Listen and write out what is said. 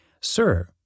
Sir